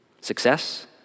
Success